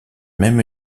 même